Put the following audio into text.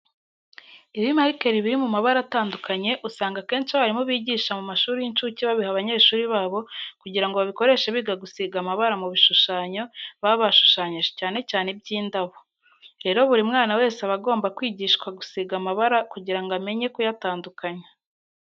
Ibimarikeri biri mu mabara atandukanye, usanga akenshi abarimu bigisha mu mashuri y'incuke babiha abanyeshuri babo kugira ngo babikoreshe biga gusiga amabara mu bishushanyo baba bashyushanyije cyane cyane iby'indabo. Rero buri mwana wese aba agomba kwigishwa gusiga amabara kugira ngo amenye kuyatandukanya.